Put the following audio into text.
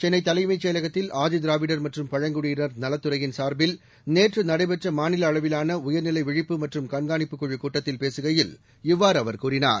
சென்னை தலைமைச் செபலகத்தில் ஆதிதிராவிடர் மற்றும் பழங்குடியினர் நலத்துறையின் சார்பில் நேற்று நடைபெற்ற மாநில அளவிலான உயர்நிலை விழிப்பு மற்றும் கண்காணிப்புக் குழுக் கூட்டத்தில் பேசுகையில் இவ்வாறு அவர் கூறினார்